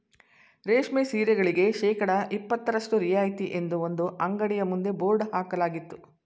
ರೇಷ್ಮೆ ಸೀರೆಗಳಿಗೆ ಶೇಕಡಾ ಇಪತ್ತರಷ್ಟು ರಿಯಾಯಿತಿ ಎಂದು ಒಂದು ಅಂಗಡಿಯ ಮುಂದೆ ಬೋರ್ಡ್ ಹಾಕಲಾಗಿತ್ತು